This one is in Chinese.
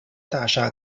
大厦